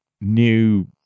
new